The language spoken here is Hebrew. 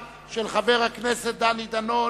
עברה בקריאה טרומית ותועבר לוועדת החוקה,